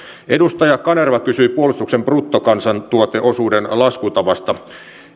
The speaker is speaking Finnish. edustaja kanerva kysyi puolustuksen bruttokansantuoteosuuden laskutavasta